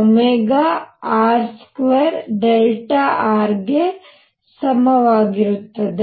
r2rಗೆ ಸಮವಾಗಿರುತ್ತದೆ